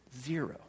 Zero